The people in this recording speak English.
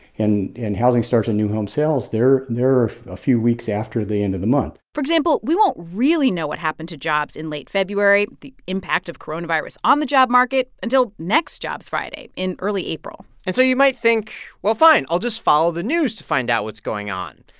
housing starts and new home sales, they're near a few weeks after the end of the month for example, we won't really know what happened to jobs in late february the impact of coronavirus on the job market until next jobs friday in early april and so you might think, well, fine. i'll just follow the news to find out what's going on.